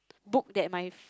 book that my f~